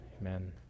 amen